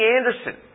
Anderson